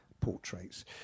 portraits